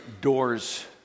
doors